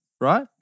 right